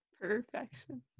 Perfection